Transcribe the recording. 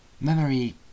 Memory